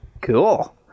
Cool